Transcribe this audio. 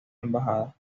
embajada